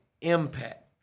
impact